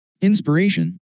Inspiration